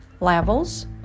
Levels